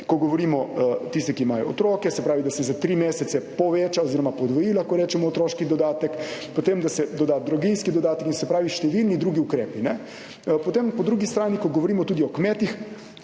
ko govorimo tisti, ki imajo otroke, se pravi, da se za tri mesece poveča oziroma podvoji, lahko rečemo, otroški dodatek, potem da se doda draginjski dodatek in se pravi številni drugi ukrepi, ne. Potem po drugi strani, ko govorimo tudi o kmetih,